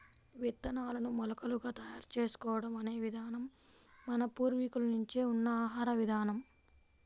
విత్తనాలను మొలకలుగా తయారు చేసుకోవడం అనే విధానం మన పూర్వీకుల నుంచే ఉన్న ఆహార విధానం